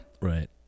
Right